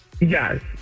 Yes